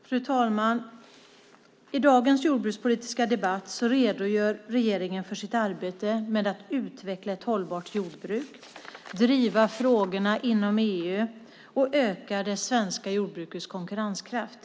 Fru talman! I dagens jordbrukspolitiska debatt redogör regeringen för sitt arbete med att utveckla ett hållbart jordbruk, driva frågorna inom EU och öka det svenska jordbrukets konkurrenskraft.